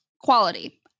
Quality